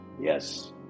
Yes